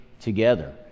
together